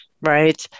right